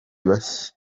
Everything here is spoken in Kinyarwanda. bashya